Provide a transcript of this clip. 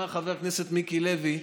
אמר חבר הכנסת מיקי לוי,